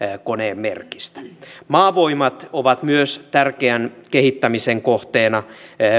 koneen merkistä maavoimat on myös tärkeän kehittämisen kohteena